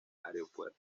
aeropuerto